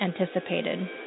anticipated